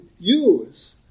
Use